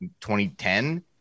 2010